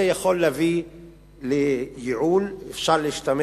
זה יכול להביא לייעול ולכך שאפשר להשתמש